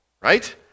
right